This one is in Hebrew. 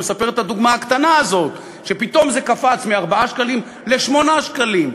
ומספר את הדוגמה הקטנה הזאת שפתאום המחיר קפץ מ-4 שקלים ל-8 שקלים.